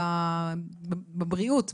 בבריאות,